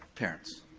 parents.